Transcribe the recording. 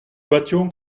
battions